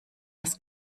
das